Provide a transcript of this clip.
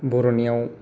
बर'नियाव